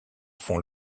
font